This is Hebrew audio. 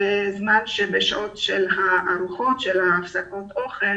בזמן שבשעות הפסקות האוכל